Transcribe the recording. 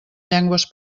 llengües